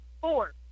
Four